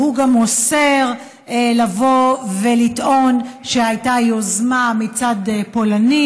והוא גם אוסר לבוא ולטעון שהייתה יוזמה מצד פולנים,